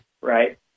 right